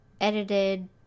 edited